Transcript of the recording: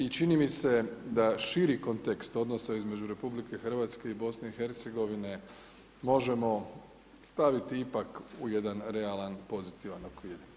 I čini mi se da širi kontekst odnosa između RH i BiH možemo staviti ipak u jedan realan pozitivan okvir.